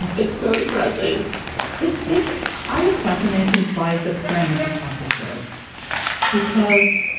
and it's so depressing it's it's i was fascinated by the premise of the show because,